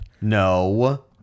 No